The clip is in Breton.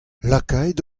lakait